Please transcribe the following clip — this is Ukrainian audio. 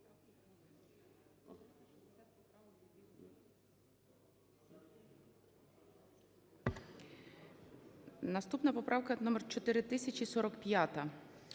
Наступна поправка - номер 4047-а.